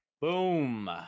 Boom